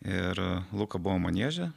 ir luka buvo manieže